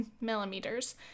millimeters